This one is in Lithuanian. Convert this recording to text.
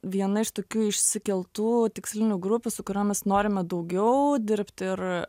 viena iš tokių išsikeltų tikslinių grupių su kuriom mes norime daugiau dirbt ir